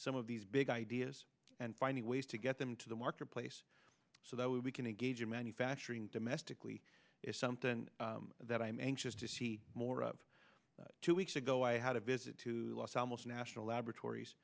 some of these big ideas and finding ways to get them to the marketplace so that we can engage in manufacturing domestically is something that i'm anxious to see more of two weeks ago i had a visit to the los alamos national laboratories